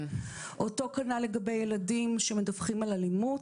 אותו כנ"ל לגבי ילדים שמדווחים על אלימות.